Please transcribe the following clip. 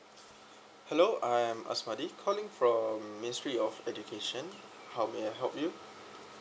hello I am asmadi calling from ministry of education how may I help you